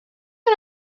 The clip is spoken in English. you